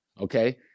okay